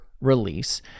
release